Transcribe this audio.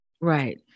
Right